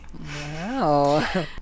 Wow